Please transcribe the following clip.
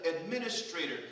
administrator